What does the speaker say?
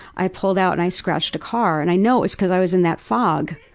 i pulled out and i scratched a car and i know it was because i was in that fog,